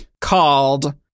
called